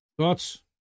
Thoughts